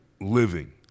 living